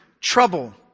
trouble